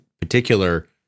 particular